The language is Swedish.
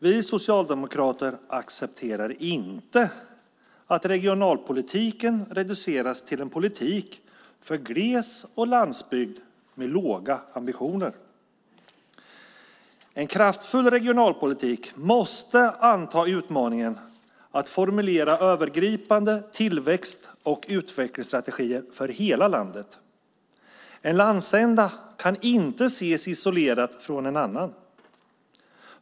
Vi socialdemokrater accepterar inte att regionalpolitiken reduceras till en politik för gles och landsbygd med låga ambitioner. En kraftfull regionalpolitik måste anta utmaningen att formulera övergripande tillväxt och utvecklingsstrategier för hela landet. En landsända kan inte ses isolerad från en annan.